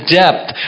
depth